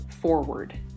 forward